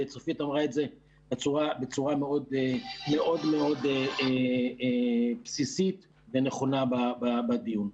וצופית אמרה את זה בצורה מאוד מאוד בסיסית ונכונה בדיון.